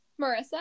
Marissa